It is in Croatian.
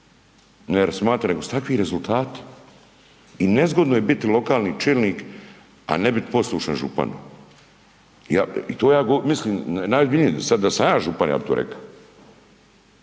jer smatraju da su takvi rezultati i nezgodno je biti lokalni čelnik, a ne biti poslušan župan. I to ja govorim, mislim najozbiljnije, sad da sam ja župan, ja bih to rekao.